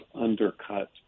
undercut